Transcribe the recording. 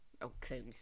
Okay